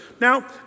now